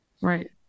Right